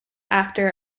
after